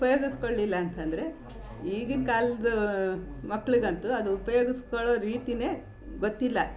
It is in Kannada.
ಉಪಯೋಗಿಸ್ಕೊಳ್ಳಿಲ್ಲ ಅಂತಂದರೆ ಈಗಿನ ಕಾಲದ ಮಕ್ಕಳಿಗಂತೂ ಅದು ಉಪಯೋಗಿಸ್ಕೊಳ್ಳೋ ರೀತಿಯೇ ಗೊತ್ತಿಲ್ಲ